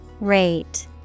rate